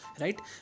right